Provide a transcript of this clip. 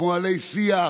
כמו עלי שיח,